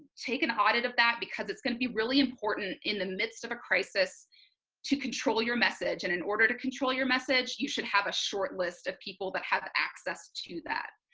take an audit of that because it's gonna be really important in the midst of a crisis to control your message and in order to control your message you should have a short list of people that have access to that.